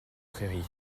prairies